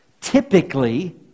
typically